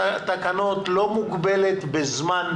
התקנות ל- MRIכמו כל תקנות מכשירים מיוחדים,